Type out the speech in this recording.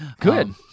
Good